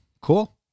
cool